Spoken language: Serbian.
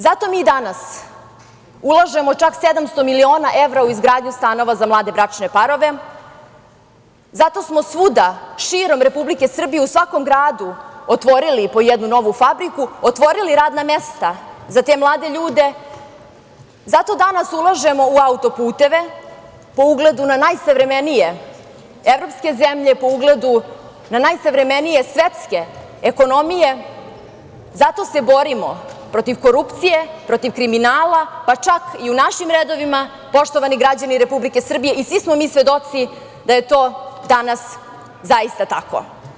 Zato mi danas ulažemo čak 700 miliona evra u izgradnju stanova za mlade bračne parove, zato smo svuda širom Republike Srbije u svakom gradu otvorili po jednu novu fabriku, otvorili radna mesta za te mlade ljude, zato danas ulažemo u autoputeve po ugledu na najsavremenije evropske zemlje, po ugledu na najsavremenije svetske ekonomije, zato se borimo protiv korupcije, protiv kriminala pa čak i u našim redovima, poštovani građani Republike Srbije, i svi smo mi svedoci da je to danas zaista tako.